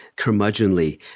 curmudgeonly